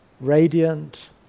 radiant